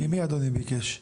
ממי אדוני ביקש?